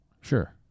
Sure